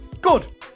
Good